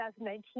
2019